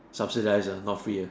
subsidies ah not free ah